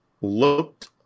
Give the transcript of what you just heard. looked